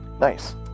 nice